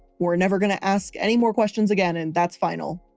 we're never gonna ask any more questions again and that's final.